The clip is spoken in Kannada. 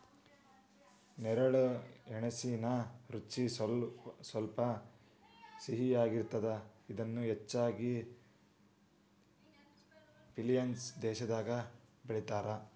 ನೇರಳೆ ಗೆಣಸಿನ ರುಚಿ ಸ್ವಲ್ಪ ಸಿಹಿಯಾಗಿರ್ತದ, ಇದನ್ನ ಹೆಚ್ಚಾಗಿ ಫಿಲಿಪೇನ್ಸ್ ದೇಶದಾಗ ಬೆಳೇತಾರ